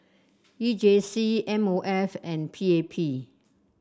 E J C M O F and P A P